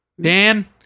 Dan